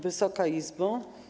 Wysoka Izbo!